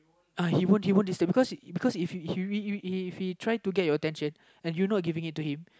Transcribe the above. uh he won't he won't disturb because because if you if he try to get your attention and you not giving it to him